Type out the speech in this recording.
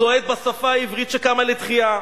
צועד בשפה העברית שקמה לתחייה,